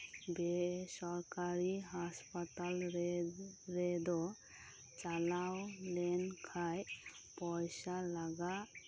ᱵᱮᱥᱚᱨᱠᱟᱨᱤ ᱦᱟᱥᱯᱟᱛᱟᱞ ᱨᱮᱫᱚ ᱪᱟᱞᱟᱣ ᱞᱮᱱᱠᱷᱟᱡ ᱯᱚᱭᱥᱟ ᱞᱟᱜᱟᱜ